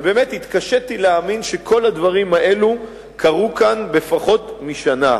אבל באמת התקשיתי להאמין שכל הדברים האלו קרו כאן בפחות משנה.